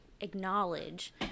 acknowledge